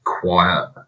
quiet